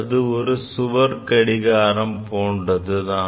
அது ஒரு சுவர் கடிகாரம் போன்றதுதான்